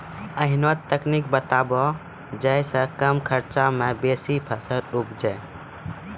ऐहन तकनीक बताऊ जै सऽ कम खर्च मे बेसी फसल उपजे?